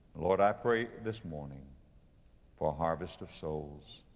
lord i pray this morning for a harvest of souls.